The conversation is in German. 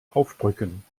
aufdrücken